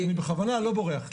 אני בכוונה לא בורח.